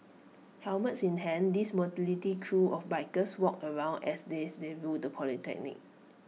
helmets in hands these motley crew of bikers walked around as if they ruled the polytechnic